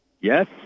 Yes